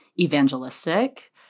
evangelistic